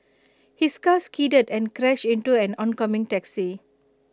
his car skidded and crashed into an oncoming taxi